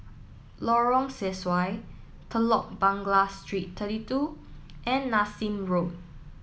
Lorong Sesuai Telok Blangah Street thirty two and Nassim Road